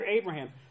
Abraham